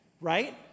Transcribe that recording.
right